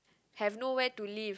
have no where to live